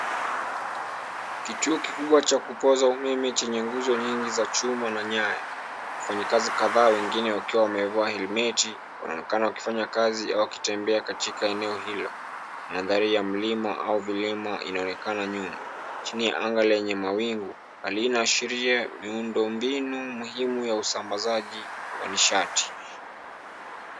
Kituo kikubwa cha kupoza umeme chenye nguzo nyingi za chuma na nyaya. Wafanyikazi kadhaa wengine wakiwa wamevalia helmet wanaonekana wakifanya kazi au kutembea kwenye eneo hilo. Mandhari ya mlima au vilima inaonekana nyuma chini ya anga lenye mawingu. Hali hii inaashiria miundo mbinu muhimu ya usambazaji wa nishati.